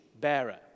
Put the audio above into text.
bearer